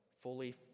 fully